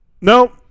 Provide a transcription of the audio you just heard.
No